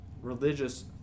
religious